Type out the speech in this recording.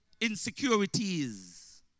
Insecurities